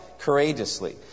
courageously